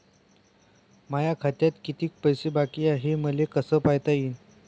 माया खात्यात किती पैसे बाकी हाय, हे मले कस पायता येईन?